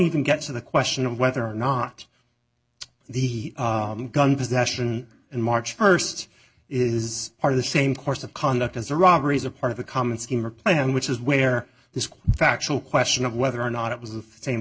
even get to the question of whether or not the gun possession in march st is part of the same course of conduct as the robberies are part of a common scheme or plan which is where the factual question of whether or not it was of the same